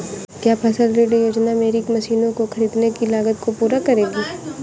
क्या फसल ऋण योजना मेरी मशीनों को ख़रीदने की लागत को पूरा करेगी?